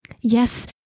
Yes